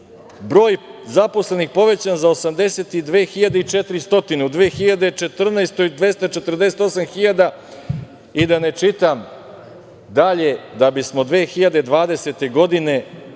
broj zaposlenih povećan za 82.400, u 2014. godini 248.000, i da ne čitam dalje, da bismo 2020. godine